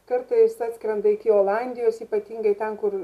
kartais atskrenda iki olandijos ypatingai ten kur